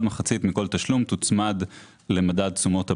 מחצית מכל תשלום תוצמד למדד תשומות הבנייה,